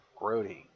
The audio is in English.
grody